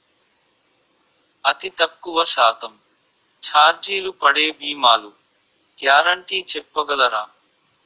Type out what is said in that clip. అతి తక్కువ శాతం ఛార్జీలు పడే భీమాలు గ్యారంటీ చెప్పగలరా?